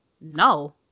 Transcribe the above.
No